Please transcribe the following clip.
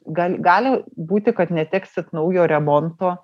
gal gali būti kad neteksit naujo remonto